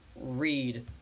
read